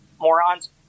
morons